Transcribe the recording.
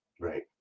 Right